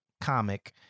comic